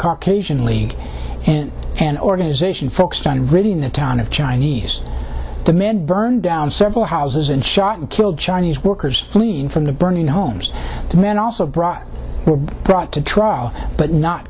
caucasian league and an organization focused on ridding the town of chinese demand burned down several houses and shot and killed chinese workers fleeing from the burning homes to men also brought were brought to trial but not